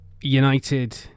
United